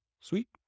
Sweet